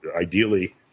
ideally